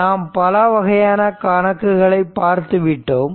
நாம் பலவகையான கணக்குகளை பார்த்துவிட்டோம்